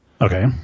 Okay